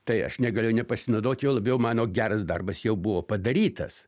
tai aš negalėjau nepasinaudot juo labiau mano geras darbas jau buvo padarytas